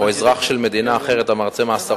או אזרח של מדינה אחרת המרצה מאסרו